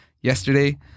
yesterday